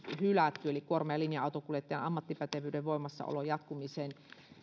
hylätty eli kuorma ja linja autonkuljettajan ammattipätevyyden voimassaolon jatkumiseen